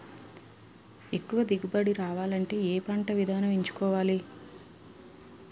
ఎక్కువ దిగుబడి రావాలంటే ఏ పంట విధానం ఎంచుకోవాలి?